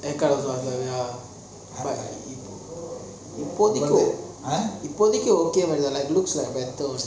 haircut இப்போதிக்கி இப்போதிக்கி மாறி தான்:ipothiki ipothiki maari thaan lah it looks are better